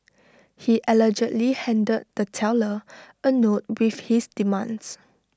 he allegedly handed the teller A note with his demands